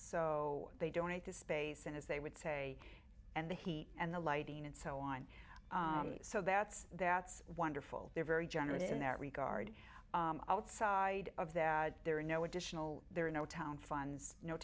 so they donate the space and as they would say and the heat and the lighting and so on so that's that's wonderful they're very generous in that regard outside of that there are no additional there are no town funds no